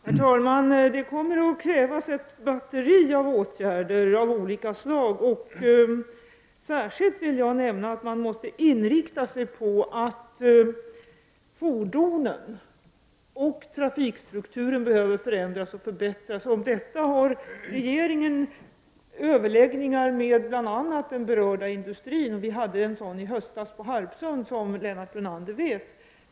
Herr talman! Det kommer att krävas ett batteri av åtgärder av olika slag. Jag vill särskilt nämna att man måste inrikta sig på att fordonen och trafikstrukturen behöver förändras och förbättras. Om detta har regeringen överläggningar med bl.a. den berörda industrin. Som Lennart Brunander vet hade vi en sådan överläggning på Harpsund i höstas.